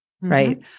right